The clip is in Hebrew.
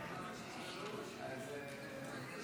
על זה שלא